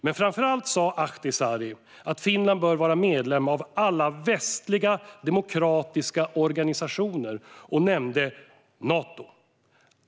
Men framför allt sa Ahtisaari att Finland bör vara medlem av alla västliga demokratiska organisationer, och nämnde Nato.